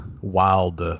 wild